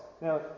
Now